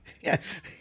Yes